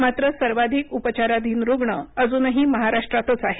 मात्र सर्वाधिक उपचाराधीन रुग्ण अजूनही महाराष्ट्रातच आहेत